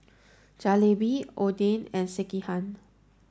Jalebi Oden and Sekihan